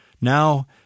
Now